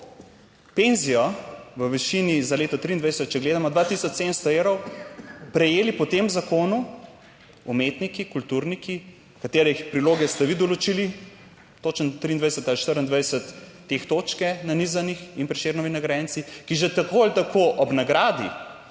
penzijo v višini za leto 2023, če gledamo, 2 tisoč 700 evrov, prejeli po tem zakonu umetniki, kulturniki, katerih priloge ste vi določili, točno 23 ali 24 teh točk je nanizanih in Prešernovi nagrajenci, ki že tako ali tako ob nagradi